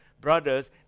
brothers